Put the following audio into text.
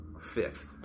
Fifth